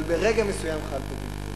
אבל ברגע מסוים חל פה בלבול,